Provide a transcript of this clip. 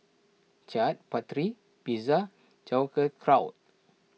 Chaat Papri Pizza Sauerkraut